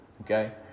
Okay